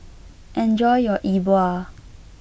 enjoy your E Bua